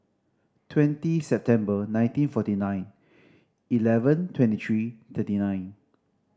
twenty September nineteen forty nine eleven twenty three thirty nine